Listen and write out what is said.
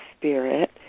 Spirit